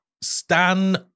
Stan